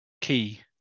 key